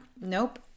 Nope